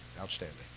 outstanding